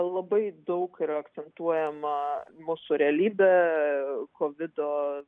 labai daug yra akcentuojama mūsų realybė kovido